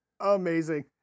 Amazing